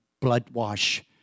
blood-wash